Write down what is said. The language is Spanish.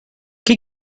qué